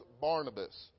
Barnabas